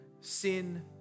sin